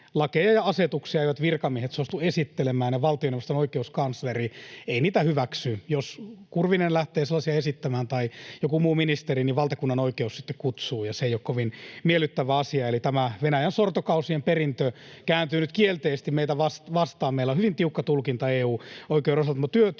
lakeja ja asetuksia eivät virkamiehet suostu esittelemään eikä valtioneuvoston oikeuskansleri niitä hyväksy. Jos Kurvinen lähtee sellaisia esittämään tai joku muu ministeri, niin valtakunnanoikeus sitten kutsuu, ja se ei ole kovin miellyttävä asia, eli tämä Venäjän sortokausien perintö kääntyy nyt kielteisesti meitä vastaan. Meillä on hyvin tiukka tulkinta EU-oikeuden osalta, mutta työ